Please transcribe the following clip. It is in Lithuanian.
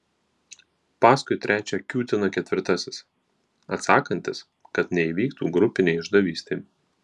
paskui trečią kiūtina ketvirtasis atsakantis kad neįvyktų grupinė išdavystė